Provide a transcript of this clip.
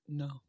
no